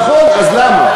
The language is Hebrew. נכון, אז למה?